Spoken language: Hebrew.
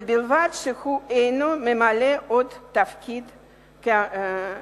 ובלבד שהוא אינו ממלא עוד תפקיד כאמור.